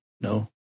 No